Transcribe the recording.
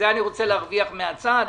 את זה אני רוצה להרוויח מן הצד,